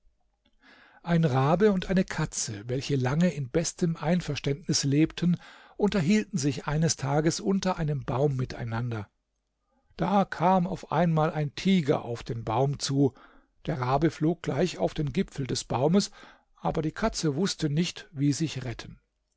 ein rabe und eine katze welche lange in bestem einverständnis lebten unterhielten sich eines tages unter einem baum miteinander da kam auf einmal ein tiger auf den baum zu der rabe flog gleich auf den gipfel des baumes aber die katze wußte nicht wie sich retten